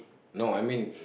no I mean